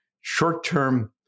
short-term